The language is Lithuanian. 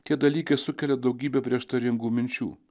tie dalykai sukelia daugybę prieštaringų minčių